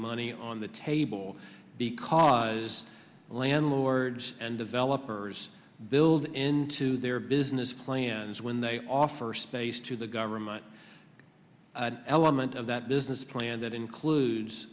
money on the table because landlords and developers build into their business plans when they offer space to the government element of that business plan that includes